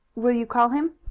will you call him?